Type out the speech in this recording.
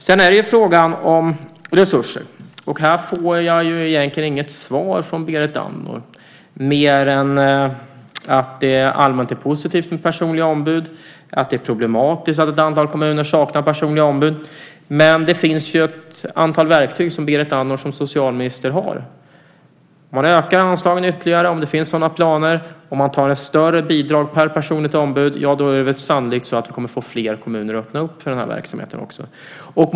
Sedan är det fråga om resurser. Här får jag egentligen inget svar från Berit Andnor, mer än att det allmänt är positivt med personliga ombud och att det är problematiskt att ett antal kommuner saknar personliga ombud. Men Berit Andnor har ju som socialminister ett antal verktyg. Om det finns planer på att öka anslagen ytterligare, om man ger ett större bidrag per personligt ombud, är det sannolikt så att fler kommuner kommer att öppna för den här verksamheten.